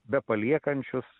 be paliekančius